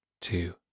two